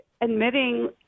admitting